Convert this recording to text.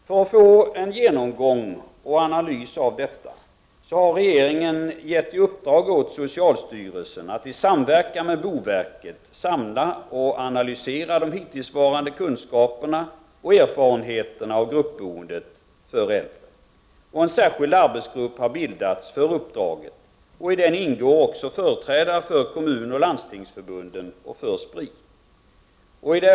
För att få en genomgång och analys av detta har regeringen gett i uppdrag åt socialstyrelsen att i samverkan med boverket samla och analysera de hittillsvarande kunskaperna och erfarenheterna av gruppboendet för äldre. En särskild arbetsgrupp har bildats för uppdraget. I den ingår företrädare för Kommunoch Landstingsförbunden och för SPRI.